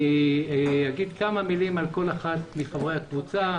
אני אומר כמה מלים על כל אחד מחברי הקבוצה.